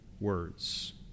words